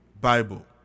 Bible